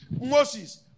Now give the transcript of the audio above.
Moses